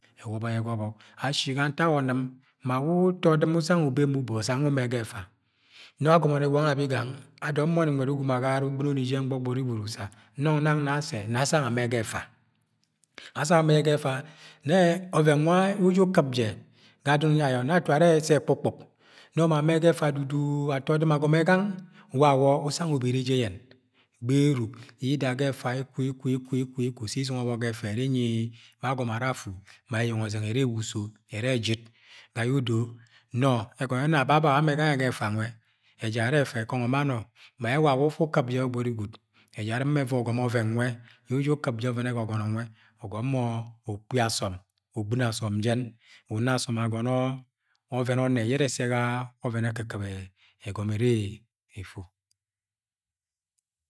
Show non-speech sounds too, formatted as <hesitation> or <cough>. Ẹuẹo bọ yẹ ga ọbọk ashi ntak ọnɨm ma ulẹ utọ odɨm usang ube ma ube mu usang yẹ umẹ ga ẹta <hesitation> nọ ạgọmọni guiang abi gang adọm mọni nwed agagara ugbɨno jẹn gbọgbọn gwud usa nọ nang na asẹ nọ asang amẹ ga ẹfa <hesitation> asang anee jẹ ga ẹfa nẹ ọvẹn nwẹ uju kɨp jẹ adọn, ye ayọ nẹ atuu arẹ sẹ ee̱kpukuk nọ ma amẹ ga ẹfa dudu atọ odɨm duduuu agọmọ ẹgang wawọ usang ubere eje yen, gberuk ida ga ẹfa iku-iku-iku-iku sẹ izungọ ọbọk ga ẹfa iri inyi bẹ agọmọ ara afu ma eyeng ọzẹng ẹrẹ ewa uso ẹrẹ ẹjit ga yẹ odo nọ egmọ nọ ababa ulọ amẹ gang nueẹ ga ẹta nwẹ ẹjak ẹrẹ eta ẹkọngọ ma nọ ma yẹ ulaulọ ufu ukɨp jẹ gbọgbọni gwud ẹjak ẹrẹ me mọ ẹva ugọmọ ọvẹn nwẹ yẹ uju ukɨp jẹ ugọmọ ukpi asọm ugbɨno asọm jẹn una asom agọnọ ọvẹm ọnnẹ yẹ ẹnẹ ẹsẹ jẹ ga ọvẹn ekɨkɨp egọmọ e-e-e-etu.